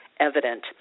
evident